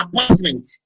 appointment